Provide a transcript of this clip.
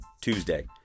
Tuesday